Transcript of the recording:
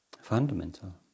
fundamental